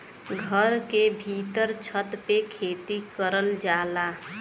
घर के भीत्तर छत पे खेती करल जाला